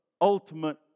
ultimate